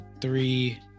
three